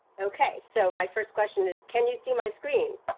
okay, so my first question is can you see my screen